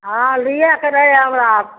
हाँ लिएके रहै हमरा